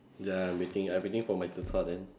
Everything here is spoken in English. ya I'm waiting I'm waiting for my zi char then